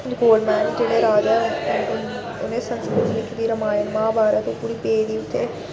जेह्ड़े राजा हे उनें संस्कृत बिच्च लिखी दी रामायण महाभारत ओह्कड़ी पेदी उत्थें